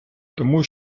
тому